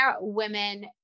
women